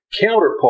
counterpart